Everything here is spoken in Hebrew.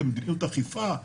כמדיניות אכיפה,